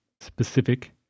specific